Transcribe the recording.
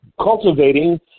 cultivating